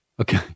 Okay